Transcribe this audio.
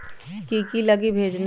की की लगी भेजने में?